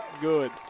good